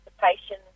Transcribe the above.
participation